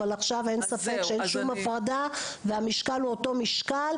אבל עכשיו אין ספק שאין שום הפרדה והמשקל הוא אותו משקל.